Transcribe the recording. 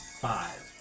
five